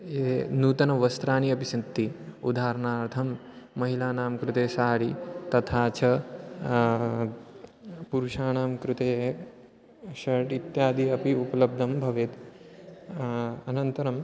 ये नूतनवस्त्राणि अपि सन्ति उदाहरणार्थं महिलानां कृते सारि तथा च पुरुषाणां कृते शर्ट् इत्यादि अपि उपलब्धं भवेत् अनन्तरं